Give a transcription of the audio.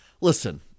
listen